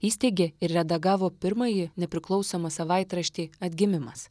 įsteigė ir redagavo pirmąjį nepriklausomą savaitraštį atgimimas